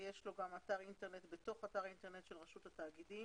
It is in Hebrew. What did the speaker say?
יש לו אתר אינטרנט בתוך אתר האינטרנט של רשות התאגידים.